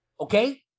Okay